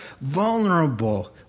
vulnerable